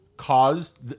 caused